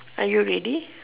are you ready